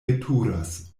veturas